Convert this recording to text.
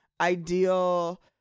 ideal